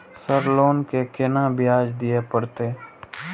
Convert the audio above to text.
Sir loan के केना ब्याज दीये परतें?